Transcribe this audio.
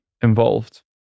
involved